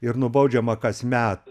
ir nubaudžiama kasmet